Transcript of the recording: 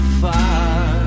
far